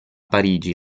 parigi